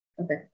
okay